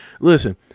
Listen